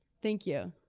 thank you.